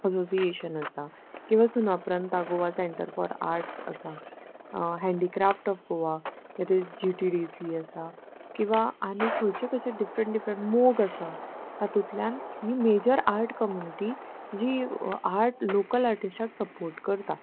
association आसा किंवां सुनाप्रता गोवा सेंटर फॉर आर्ट्स आसा handicraft of Goa that is G T D C आसा किंवां आनी खंयचे खंयचे डिफरंट डिफरंट मोग आसा तातूंतल्यान ही मेजर आर्ट कम्युनिटी जी आर्ट लोकल आर्टिस्टाक सपोर्ट करता